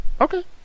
Okay